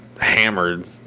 hammered